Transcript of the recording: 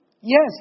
Yes